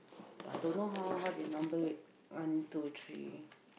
but I don't know how how they number it one two three